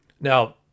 Now